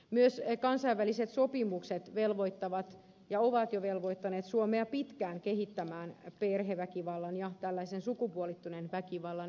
myös kansainväliset sopimukset velvoittavat ja ovat jo velvoittaneet suomea pitkään kehittämään perheväkivallan ja tällaisen sukupuolittuneen väkivallan erikoislainsäädäntöä